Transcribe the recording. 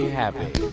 happy